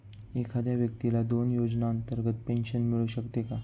एखाद्या व्यक्तीला दोन योजनांतर्गत पेन्शन मिळू शकते का?